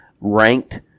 ranked